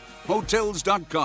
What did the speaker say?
Hotels.com